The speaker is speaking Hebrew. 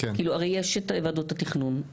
הרי יש את ועדות התכנון,